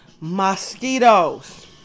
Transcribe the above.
Mosquitoes